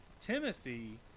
Timothy